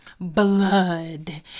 Blood